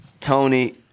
Tony